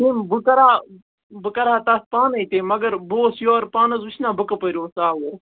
تٔمۍ بہٕ کَرا بہٕ کَرٕ ہہ تَتھ پانَے تہِ مگر بہٕ اوسُس یورٕ پانہٕ حظ وُچھنا بہٕ کَپٲرۍ اوسُس آوُر